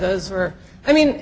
those were i mean